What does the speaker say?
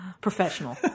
Professional